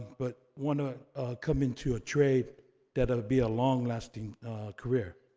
but wanna come into a trade that'll be a long-lasting career.